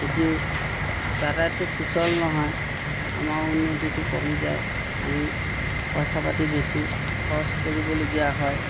যদিও যাতায়তো সুচল নহয় আমাৰ উন্নতিটো কমি যায় আমি পইচা পাতি বেছি খৰচ কৰিবলগীয়া হয়